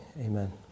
Amen